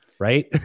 right